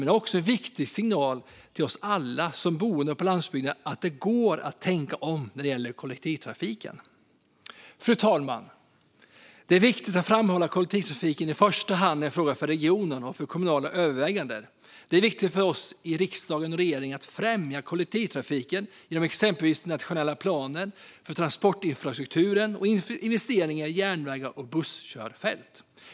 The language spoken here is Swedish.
Men det är också en viktig signal till oss alla som bor på landsbygden att det går att tänka om när det gäller kollektivtrafiken. Fru talman! Det är viktigt att framhålla att kollektivtrafiken i första hand är en fråga för regionen och för kommunala överväganden. Det är viktigt för oss i riksdagen och i regeringen att främja kollektivtrafiken genom exempelvis den nationella planen för transportinfrastrukturen och investeringar i järnvägar och busskörfält.